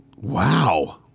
Wow